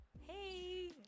hey